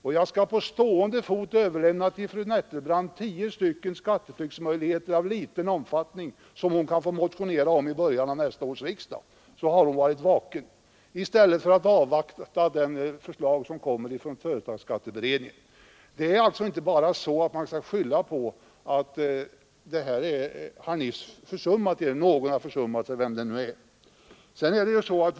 Och jag skall på stående fot lämna fru Nettelbrandt anvisning på tio skatteflyktsmöjligheter av liten omfattning som hon kan få motionera om i början av nästa års riksdag, så har hon varit vaken i stället för att avvakta det förslag som kommer från företagsskatteberedningen. Det är alltså inte bara så att man kan skylla på att här har någon försummat sig — vem det nu är.